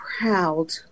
proud